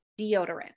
deodorant